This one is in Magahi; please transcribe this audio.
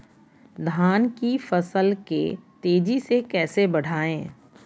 धान की फसल के तेजी से कैसे बढ़ाएं?